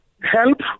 help